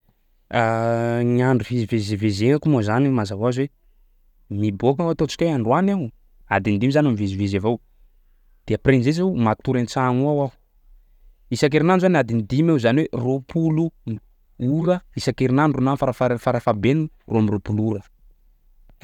Gny andro fivezivezegnako moa zany mazava hoazy hoe miboaka aho ataontsika hoe androany aho, adiny dimy zany mivezivezy avao, de après an'zay zao matory an-tsagno ao aho, isan-kerignandro zany adiny dimy aho zany hoe roapolo ora isan-kerignandro na farafar- farafahabeny roa amby roapolo ora.